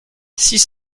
six